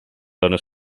dona